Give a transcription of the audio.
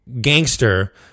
gangster